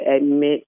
admit